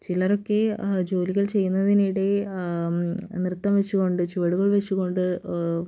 ചിലരൊക്കെ ജോലികൾ ചെയ്യുന്നതിനിടയിൽ നൃത്തം വച്ചുകൊണ്ട് ചുവടുകൾ വച്ചുകൊണ്ട്